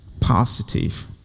positive